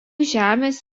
žemės